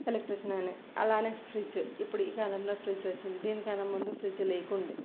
electrician గానే అలానే fridge ఇప్పుడు ఈ కాలంలో ఫ్రిడ్జ్ వచ్చింది దీనికైనా ముందు ఫ్రిడ్జ్ లేకుండే